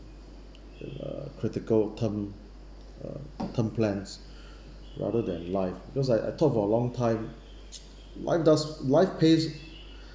in a critical term uh term plans rather than life because I I thought for a long time life does life pay